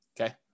Okay